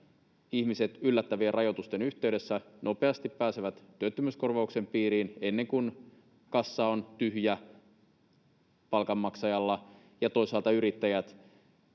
ihmiset yllättävien rajoitusten yhteydessä nopeasti pääsevät työttömyyskorvauksen piiriin ennen kuin kassa on tyhjä palkanmaksajalla, ja toisaalta yrittäjät